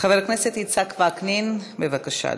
חבר הכנסת יצחק וקנין, בבקשה,